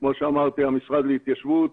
כמו שאמרתי, המשרד להתיישבות,